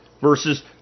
versus